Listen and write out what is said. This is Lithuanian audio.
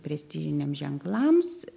prestižiniam ženklams